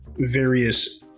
various